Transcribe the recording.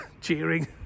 cheering